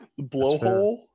Blowhole